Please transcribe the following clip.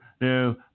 No